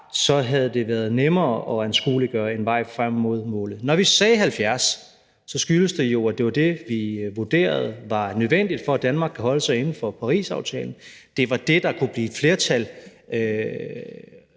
så havde det været nemmere at anskueliggøre en vej frem mod målet. Når vi sagde 70 pct., skyldtes det jo, at det var det, vi vurderede var nødvendigt, for at Danmark kan holde sig inden for Parisaftalen; det var det, der kunne blive et flertal